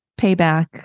payback